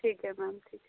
ठीक है मैम ठीक है